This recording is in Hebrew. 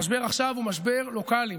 המשבר עכשיו הוא משבר לוקאלי,